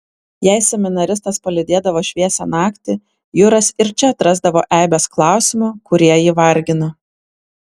jei seminaristas palydėdavo šviesią naktį juras ir čia atrasdavo eibes klausimų kurie jį vargino